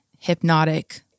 hypnotic